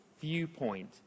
viewpoint